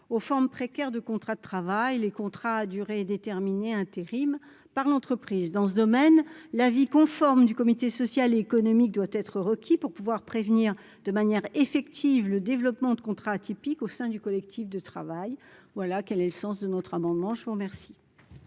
aux formes précaires de contrat de travail, les contrats à durée déterminée, intérim par l'entreprise dans ce domaine, l'avis conforme du comité social et économique doit être requis pour pouvoir prévenir de manière effective, le développement de contrat atypique au sein du collectif de travail, voilà quel est le sens de notre amendement, je vous remercie.